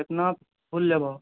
कितना फूल लेबऽ